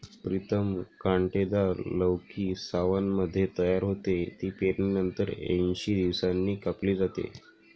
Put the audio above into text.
प्रीतम कांटेदार लौकी सावनमध्ये तयार होते, ती पेरणीनंतर ऐंशी दिवसांनी कापली जाते